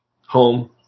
Home